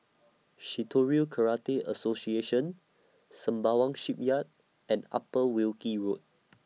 Shitoryu Karate Association Sembawang Shipyard and Upper Wilkie Road